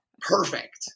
Perfect